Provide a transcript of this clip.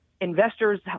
investors